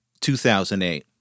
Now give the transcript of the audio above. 2008